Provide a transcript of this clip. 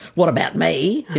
what about me? you